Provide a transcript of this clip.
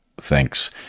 thinks